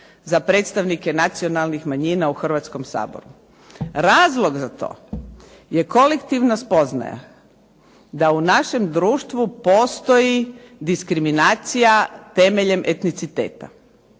za predstavnike nacionalnih manjina u Hrvatskom saboru. Razlog za to je kolektivna spoznaja da u našem društvu postoji diskriminacije temeljem etniciteta.